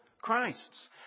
Christs